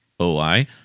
OI